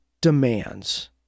demands